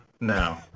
No